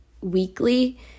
weekly